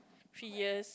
three years